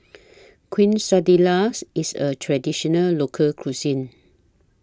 Quesadillas IS A Traditional Local Cuisine